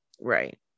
right